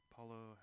Paulo